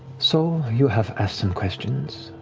so you have asked some questions.